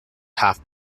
half